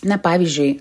na pavyzdžiui